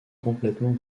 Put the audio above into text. complètement